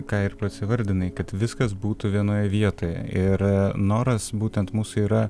ką ir pats įvardinai kad viskas būtų vienoje vietoje ir noras būtent mūsų yra